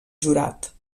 jurat